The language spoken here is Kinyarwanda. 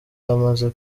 amaze